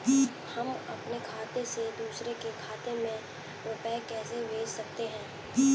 हम अपने खाते से दूसरे के खाते में रुपये कैसे भेज सकते हैं?